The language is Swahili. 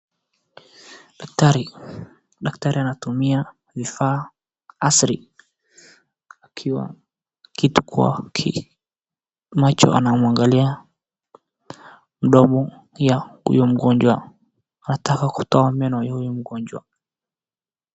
Daktari anatumia vifaa asili akiwa na kitu kwa macho, anamwangalia mdomo wa huyo mgonjwa. Anataka kutoa meno ya huyo mgonjwa.